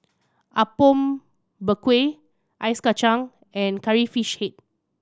Apom Berkuah Ice Kachang and Curry Fish Head